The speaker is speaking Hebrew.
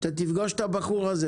תפגוש בבקשה את אלון קנינגר.